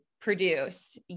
produce